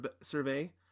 survey